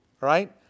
Right